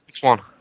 One